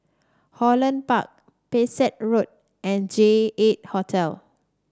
Holland Park Pesek Road and J eight Hotel